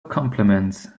compliments